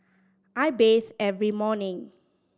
I bathe every morning